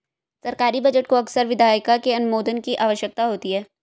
सरकारी बजट को अक्सर विधायिका के अनुमोदन की आवश्यकता होती है